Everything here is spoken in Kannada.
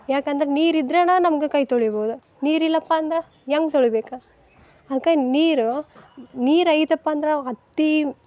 ಯಾಕಂದ್ರೆ ನೀರಿದ್ರನ ನಮ್ಗೆ ಕೈ ತೊಳಿಬೋದು ನೀರಿಲ್ಲಪ್ಪ ಅಂದ್ರೆ ಹೆಂಗೆ ತೊಳಿಬೇಕು ಅದಕ್ಕೆ ನೀರು ನೀರು ಐತಪ್ಪ ಅಂದ್ರೆ ಅತಿ